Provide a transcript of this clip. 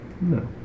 No